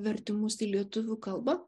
vertimus į lietuvių kalbą